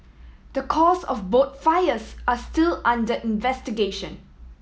the cause of both fires are still under investigation